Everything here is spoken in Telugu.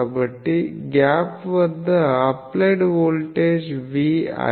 కాబట్టి గ్యాప్ వద్ద అప్లైడ్ వోల్టేజ్ Vi